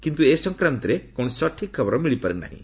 କିନ୍ତୁ ଏ ସଂକ୍ରାନ୍ତରେ କୌଣସି ସଠିକ୍ ଖବର ମିଳିପାରିନାହିଁ